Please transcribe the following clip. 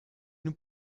nous